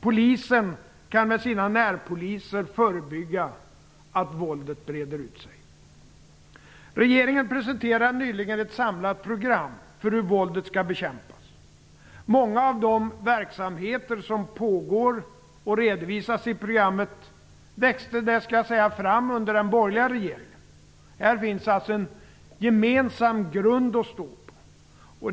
Polisen kan med sina närpoliser förebygga att våldet breder ut sig. Regeringen presenterade nyligen ett samlat program för hur våldet skall bekämpas. Många av de verksamheter som pågår och redovisas i programmet växte fram, skall jag säga, under den borgerliga regeringen. Här finns alltså en gemensam grund att stå på.